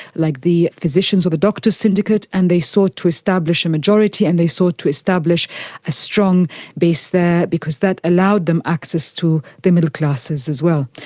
like the physicians or the doctors' syndicate, and they sought to establish a majority and they sought to establish a strong base there because that allowed them access to the middle classes as well.